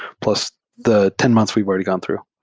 plus the ten months we've already gone through.